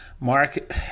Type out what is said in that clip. Mark